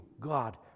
God